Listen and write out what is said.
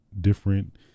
different